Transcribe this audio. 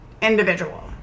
individual